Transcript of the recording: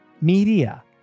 media